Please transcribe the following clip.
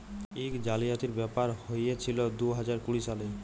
ইক জালিয়াতির ব্যাপার হঁইয়েছিল দু হাজার কুড়ি সালে